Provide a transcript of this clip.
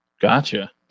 Gotcha